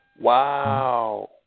Wow